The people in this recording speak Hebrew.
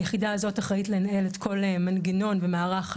היחידה הזאת אחראית לנהל את כל מנגנון ומערכך